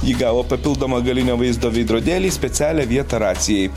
ji gavo papildomą galinio vaizdo veidrodėlį specialią vietą racijai